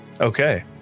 Okay